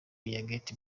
get